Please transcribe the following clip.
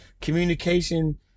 Communication